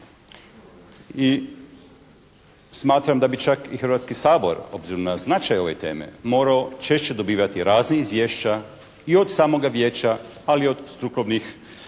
I smatram da bi čak i Hrvatski sabor obzirom na značaj ove teme morao češće dobivati razna izvješća i od samoga Vijeća, ali i od strukovnih